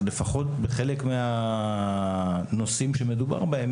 לפחות בחלק מהנושאים שמדובר בהם,